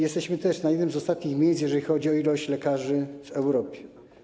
Jesteśmy też na jednym z ostatnich miejsc, jeżeli chodzi o liczbę lekarzy, w Europie.